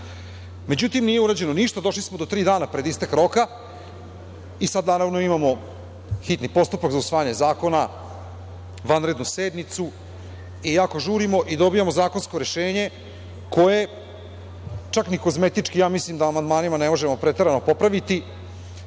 godina.Međutim, nije urađeno ništa, došlo smo na tri dana pred istek roka i sada, naravno, imamo hitni postupak za usvajanje zakona, vanrednu sednicu, jako žurimo i dobijamo zakonsko rešenje koje, čak ni kozmetički, amandmanima ne možemo preterano popraviti.